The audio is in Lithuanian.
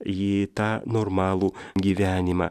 į tą normalų gyvenimą